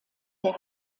der